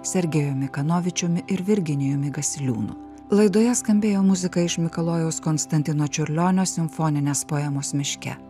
sergejumi kanovičiumi ir virginijumi gasiliūnu laidoje skambėjo muzika iš mikalojaus konstantino čiurlionio simfoninės poemos miške